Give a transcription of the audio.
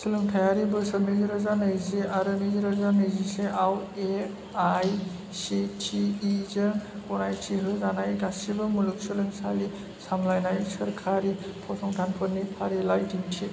सोलोंथायारि बोसोर नैरोजा नैजि आरो नैरोजा नैजिसेआव A I C T E जों गनायथि होजानाय गासिबो मुलुगसोलोंसालि सामलायनाय सोरखारि फसंथानफोरनि फारिलाइ दिन्थि